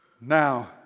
Now